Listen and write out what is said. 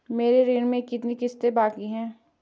मेरे ऋण की कितनी किश्तें बाकी हैं?